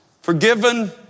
forgiven